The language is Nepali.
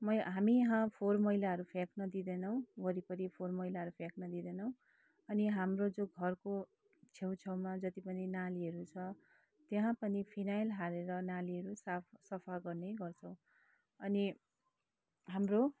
म हामी यहाँ फोहोर मैलाहरू फ्याँक्न दिँदैनौँ वरिपरि फोहोर मैलाहरू फ्याँक्न दिँदैनौँ अनि हाम्रो जो घरको छेउछाउमा जति पनि नालीहरू छ त्यहाँ पनि फिनाइल हालेर नालीहरू साफ सफा गर्ने गर्छौँ अनि हाम्रो